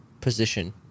position